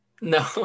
No